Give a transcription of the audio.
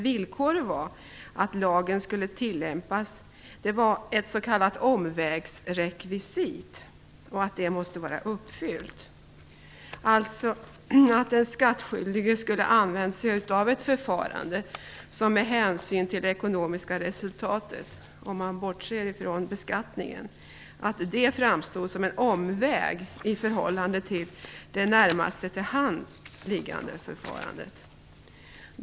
Villkoret för att lagen skulle kunna tillämpas var att ett s.k. omvägsrekvisit måste vara uppfyllt. Den skattskyldige skulle alltså ha använt sig av ett förfarande som med hänsyn till det ekonomiska resultatet - bortsett från beskattningen - framstod som en omväg i förhållande till det närmaste till hands liggande förfarandet.